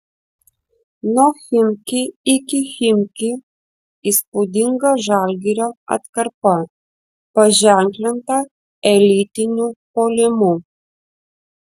nuo chimki iki chimki įspūdinga žalgirio atkarpa paženklinta elitiniu puolimu